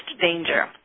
danger